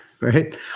Right